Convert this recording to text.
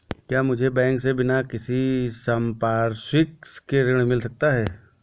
क्या मुझे बैंक से बिना किसी संपार्श्विक के ऋण मिल सकता है?